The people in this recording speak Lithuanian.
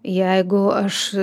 jeigu aš